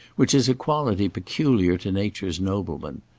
which is a quality peculiar to nature's noblemen.